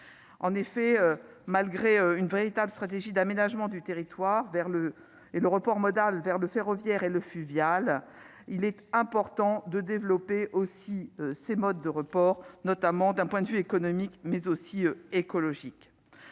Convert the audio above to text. en effet, malgré une véritable stratégie d'aménagement du territoire vers le et le report modal vers le ferroviaire et le fluvial, il est important de développer aussi ces modes de reports notamment d'un point de vue économique mais aussi écologique,